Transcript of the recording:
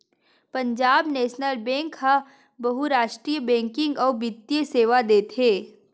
Punjab national bank ह बहुरास्टीय banking अउ बित्तीय सेवा देथे